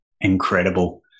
incredible